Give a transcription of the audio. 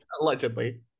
Allegedly